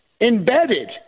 embedded